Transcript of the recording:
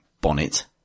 bonnet